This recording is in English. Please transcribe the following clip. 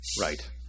Right